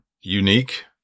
unique